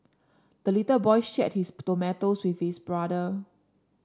the little boy shared his tomatoes with his brother